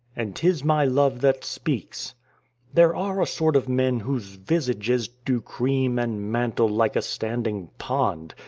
and tis my love that speaks there are a sort of men whose visages do cream and mantle like a standing pond,